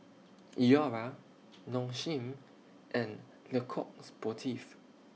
Iora Nong Shim and Le Coq Sportif